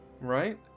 right